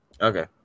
Okay